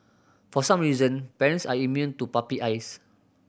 for some reason parents are immune to puppy eyes